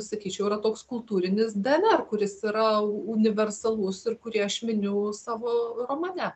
sakyčiau yra toks kultūrinis dnr kuris yra universalus ir kurį aš miniu savo romane